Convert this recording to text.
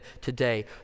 today